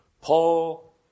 Paul